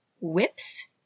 Whips